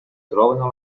trovano